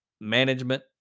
management